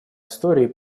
историей